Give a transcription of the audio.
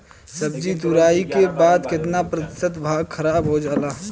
सब्जी तुराई के बाद केतना प्रतिशत भाग खराब हो जाला?